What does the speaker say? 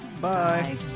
Bye